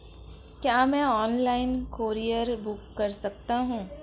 क्या मैं online courier book कर सकता हूँ?